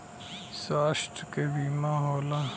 स्वास्थ्य क बीमा होला